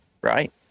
right